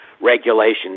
regulations